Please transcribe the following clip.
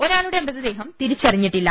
ഒരാ മൃത ദേഹം തിരിച്ച റിഞ്ഞിട്ടില്ല